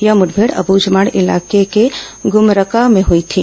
यह मुठभेड अबूझमाड़ इलाके को गुमरका में हई थी